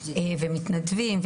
מתנדבים,